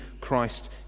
Christ